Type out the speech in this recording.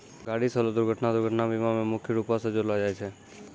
गाड़ी से होलो दुर्घटना दुर्घटना बीमा मे मुख्य रूपो से जोड़लो जाय छै